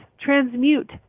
transmute